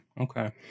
okay